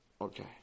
Okay